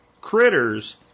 critters